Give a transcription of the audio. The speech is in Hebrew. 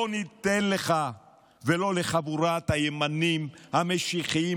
לא ניתן לך ולא לחבורת הימנים המשיחיים